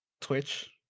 Twitch